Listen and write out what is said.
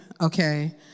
okay